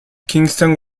kingston